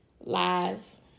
lies